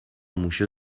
موشه